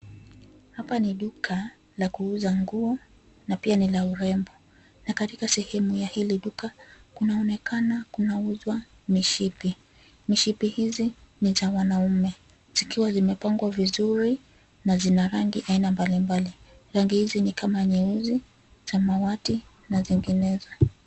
Hapa ni duka la kuuza nguo na pia ni la urembo na katika sehemu ya hili duka kunaonekana kunauzwa mishipi. Mishipi hizi niza wanaume zikiwa zimepangwa vizuri na zina rangi ya aina mbali mbali. Rangi hizi ni kama nyeusi, samawati na zinginezo.